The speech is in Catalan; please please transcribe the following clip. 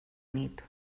nit